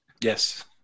yes